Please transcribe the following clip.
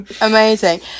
amazing